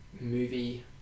movie